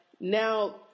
now